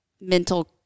mental